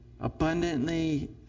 abundantly